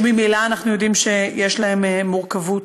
שממילא אנחנו יודעים שיש בהם מורכבות,